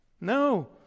No